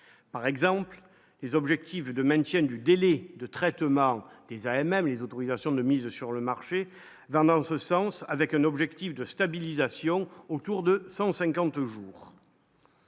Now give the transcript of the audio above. par exemple, le les objectifs de maintien du délai de traitement des AMM, les autorisations de mise sur le marché dans dans ce sens avec un objectif de stabilisation autour de 150 jours.